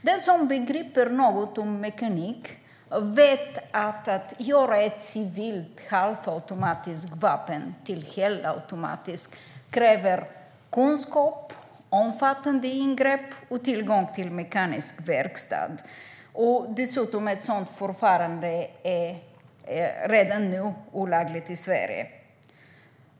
Den som begriper något om mekanik vet att för att göra ett civilt halvautomatiskt vapen till ett helautomatiskt krävs det kunskap, omfattande ingrepp och tillgång till en mekanisk verkstad. Dessutom är ett sådant förfarande redan nu olagligt i Sverige.